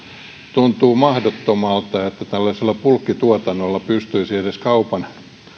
tuntuu mahdottomalta että tällaisella bulkkituotannolla pystyisi puristamaan edes kaupan